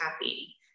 happy